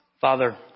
Father